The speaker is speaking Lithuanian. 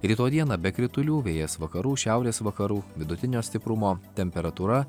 rytoj dieną be kritulių vėjas vakarų šiaurės vakarų vidutinio stiprumo temperatūra